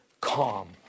calm